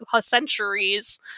centuries